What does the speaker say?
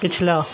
پچھلا